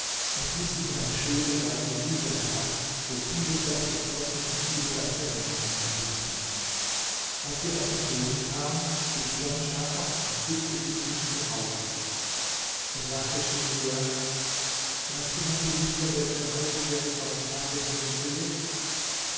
und ließ sich in eine schöne weite wiese herab wo viele bäche flossen und viele gazellen umherhüpften als sie auf den boden kam stieg djanschah ab und küßte sie zwischen die augen da sagte schemsiah weißt du mein geliebter welche reise wir in zwei tagen zurückgelegt